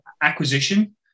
acquisition